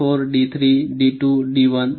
D4 D3 D2 D1